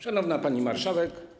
Szanowna Pani Marszałek!